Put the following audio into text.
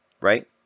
right